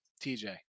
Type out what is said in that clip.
TJ